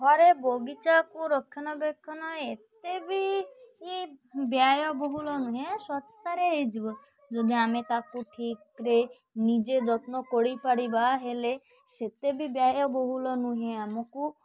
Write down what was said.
ଘରେ ବଗିଚାକୁ ରକ୍ଷଣାବେକ୍ଷଣ ଏତେ ବି ବ୍ୟୟ ବହୁଳ ନୁହେଁ ଶସ୍ତାରେ ହେଇଯିବ ଯଦି ଆମେ ତା'କୁ ଠିକ୍ରେ ନିଜେ ଯତ୍ନ କରିପାରିବା ହେଲେ ସେତେ ବି ବ୍ୟୟ ବହୁଳ ନୁହେଁ ଆମକୁ